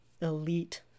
elite